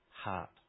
heart